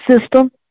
system